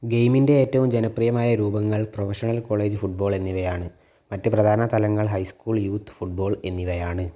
ഗെയിമിൻ്റെ ഏറ്റവും ജനപ്രിയമായ രൂപങ്ങൾ പ്രൊഫഷണൽ കോളേജ് ഫുട് ബോൾ എന്നിവയാണ് മറ്റ് പ്രധാന തലങ്ങൾ high school youth football എന്നിവയാണ്